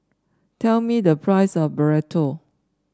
tell me the price of Burrito